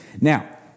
Now